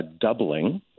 doubling